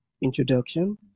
introduction